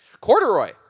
Corduroy